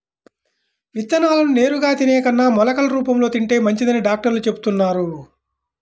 విత్తనాలను నేరుగా తినే కన్నా మొలకలు రూపంలో తింటే మంచిదని డాక్టర్లు చెబుతున్నారు